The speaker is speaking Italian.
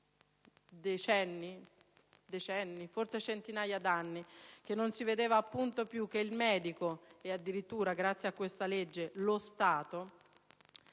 decenni, forse centinaia d'anni, che non si vedeva più il medico - e addirittura, grazie a questa legge, lo Stato